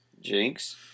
Jinx